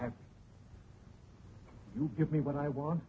have to give me what i want